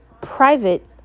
private